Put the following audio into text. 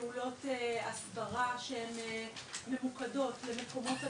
בפעולות הסברה שהן ממוקדות למקומות הבילוי,